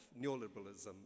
neoliberalism